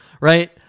right